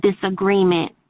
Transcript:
disagreement